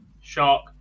Shark